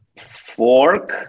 fork